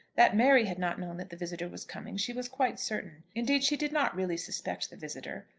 that mary had not known that the visitor was coming she was quite certain. indeed she did not really suspect the visitor,